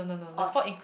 off